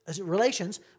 relations